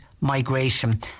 migration